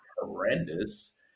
horrendous